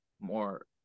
more